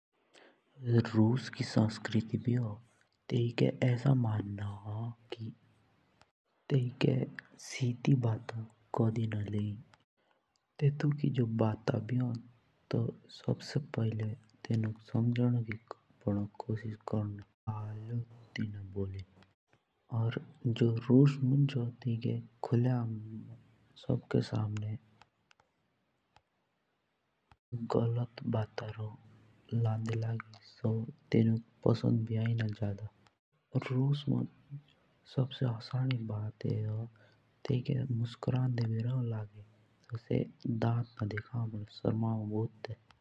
जुस रुश की संस्कृति में ऐसा मानना होन कि तेठके शिधी बात कधी न लानी तेठके की बाता भी हो न तो तेठुक पोहीले तो समझणु पड़नो। और जुस रुश भी होन तो तेयिके खुले आम जुस गलत बाता रहोन लांडा लाग्ये तो तेयिके तेनुक पसंद भी आण्डणा ये बाता जादा। और रुश मुंज सद्से हसावनी बात होन कि तेठके लोग मुस्कुरांदे भी रहोले लागी तो तेनुक सरम लागोन।